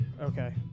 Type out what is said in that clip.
Okay